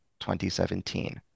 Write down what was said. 2017